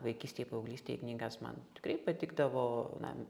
vaikystėj paauglystėj knygas man tikrai patikdavo na